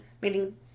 meaning